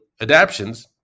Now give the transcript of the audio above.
adaptions